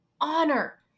honor